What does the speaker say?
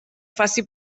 faci